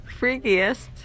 freakiest